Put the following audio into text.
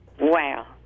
Wow